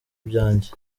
ibyanjye